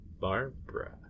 Barbara